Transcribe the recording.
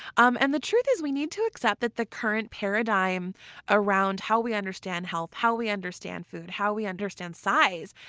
um and the truth is we need to accept that the current paradigm around how we understand health, how we understand food, how we understand size,